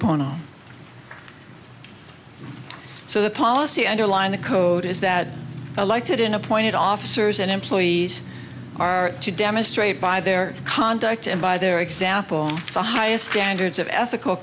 bono so the policy underlying the code is that elected in appointed officers and employees are to demonstrate by their conduct and by their example the highest standards of ethical